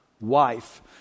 wife